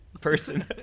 person